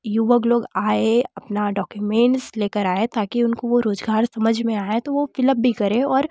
युवक लोग आए अपना डॉक्योमेंट्स लेकर आए ताकि उनको वह रोज़गार समझ में आए तो वह फिलअप भी करें और